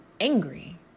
angry